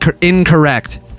incorrect